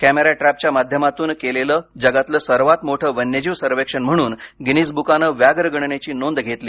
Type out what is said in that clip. camera ट्रॅपच्या माध्यमातून केलेलं जगातल सर्वात मोठं वन्यजीव सर्वेक्षण म्हणून गिनिज बुकानं व्याघ्र गणनेची नोंद घेतली